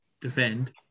defend